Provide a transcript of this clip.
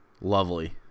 lovely